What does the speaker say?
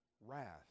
wrath